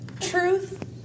Truth